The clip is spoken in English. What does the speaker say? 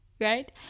right